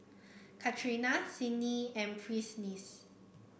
Catrina Sydni and Prentiss